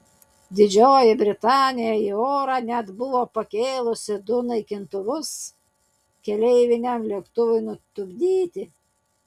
didžioji britanija į orą net buvo pakėlusi du naikintuvus keleiviniam lėktuvui nutupdyti